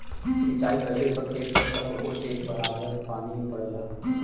सिंचाई कइले पर खेत क सब ओर एक बराबर पानी पड़ेला